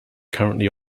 currently